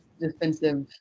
defensive